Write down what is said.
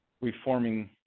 reforming